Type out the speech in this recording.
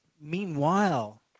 meanwhile